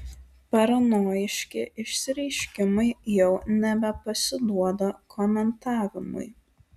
paranojiški išsireiškimai jau nebepasiduoda komentavimui